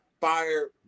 fire